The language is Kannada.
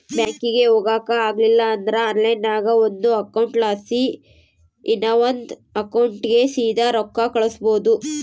ಬ್ಯಾಂಕಿಗೆ ಹೊಗಾಕ ಆಗಲಿಲ್ದ್ರ ಆನ್ಲೈನ್ನಾಗ ಒಂದು ಅಕೌಂಟ್ಲಾಸಿ ಇನವಂದ್ ಅಕೌಂಟಿಗೆ ಸೀದಾ ರೊಕ್ಕ ಕಳಿಸ್ಬೋದು